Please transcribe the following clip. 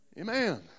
Amen